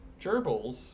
gerbils